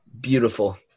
Beautiful